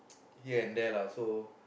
here and there lah so